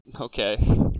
okay